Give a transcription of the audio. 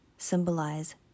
Symbolize